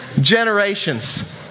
generations